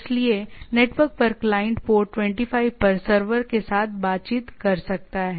इसलिए नेटवर्क पर client port 25 पर सर्वर के साथ बातचीत कर सकता है